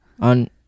On